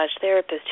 therapist